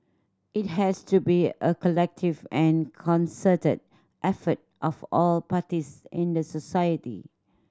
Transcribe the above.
it has to be a collective and concerted effort of all parties in the society